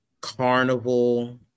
Carnival